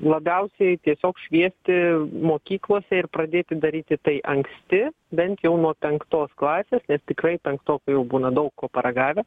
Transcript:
labiausiai tiesiog šviesti mokyklose ir pradėti daryti tai anksti bent jau nuo penktos klasės nes tikrai penktokai jau būna daug ko paragavę